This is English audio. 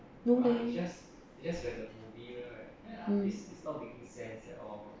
no leh mm